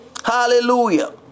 Hallelujah